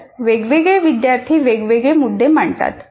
तर वेगवेगळे विद्यार्थी वेगवेगळे मुद्दे मांडतात